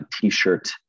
T-shirt